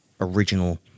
original